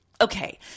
Okay